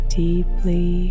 deeply